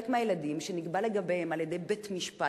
מהילדים שנקבע לגביהם על-ידי בית-משפט,